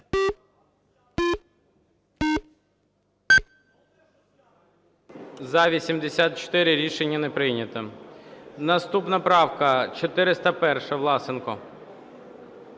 За-84 Рішення не прийнято. Наступна правка 401, Власенко.